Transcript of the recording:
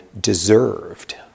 deserved